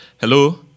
Hello